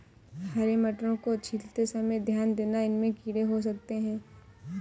हरे मटरों को छीलते समय ध्यान देना, इनमें कीड़े हो सकते हैं